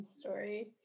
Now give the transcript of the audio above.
story